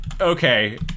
Okay